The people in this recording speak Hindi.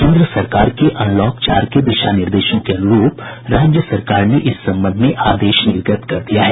केन्द्र सरकार के अनलॉक चार के दिशा निर्देशों के अनुरूप राज्य सरकार ने इस संबंध में आदेश निर्गत कर दिया है